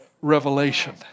revelation